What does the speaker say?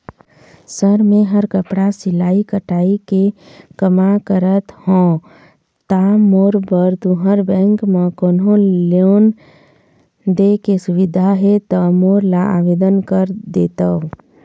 Sir मेहर कपड़ा सिलाई कटाई के कमा करत हों ता मोर बर तुंहर बैंक म कोन्हों लोन दे के सुविधा हे ता मोर ला आवेदन कर देतव?